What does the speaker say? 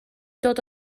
dod